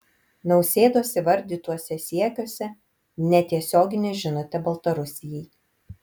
nausėdos įvardytuose siekiuose netiesioginė žinutė baltarusijai